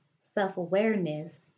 self-awareness